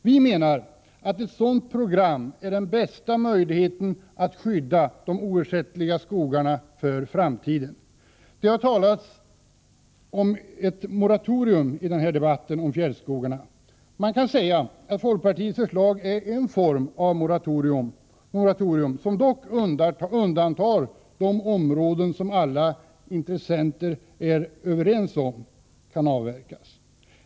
Vi menar att ett sådant program är den bästa möjligheten att skydda de oersättliga skogarna för framtiden. Det har i debatten om fjällskogarna talats om ett moratorium. Man kan säga att folkpartiets förslag avser en form av moratorium, där dock de områden som alla intressenter är överens om kan avverkas är undantagna.